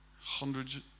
hundreds